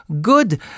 good